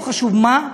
לא חשוב מה,